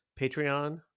Patreon